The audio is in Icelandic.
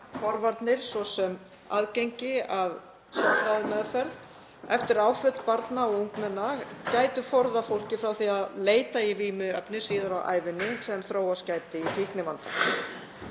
áfallasögu. Forvarnir, svo sem aðgengi að sálfræðimeðferð eftir áföll barna og ungmenna, gætu forðað fólki frá því að leita í vímuefni síðar á ævinni sem þróast gæti í fíknivanda.